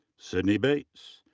sydney bates.